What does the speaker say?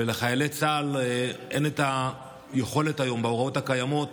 ולחיילי צה"ל אין היכולת היום, בהוראות הקיימות,